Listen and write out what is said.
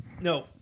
No